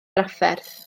drafferth